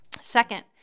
Second